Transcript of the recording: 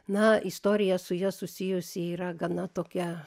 na istorija su ja susijusi yra gana tokia